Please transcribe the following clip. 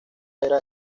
era